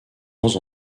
sans